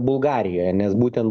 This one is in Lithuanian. bulgarijoje nes būtent